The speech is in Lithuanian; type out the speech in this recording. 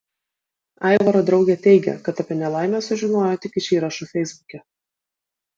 aivaro draugė teigia kad apie nelaimę sužinojo tik iš įrašų feisbuke